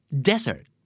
Desert